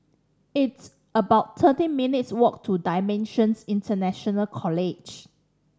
it's about thirteen minutes' walk to Dimensions International College